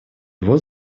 его